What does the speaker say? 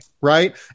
Right